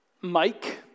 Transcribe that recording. Mike